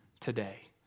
today